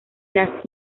las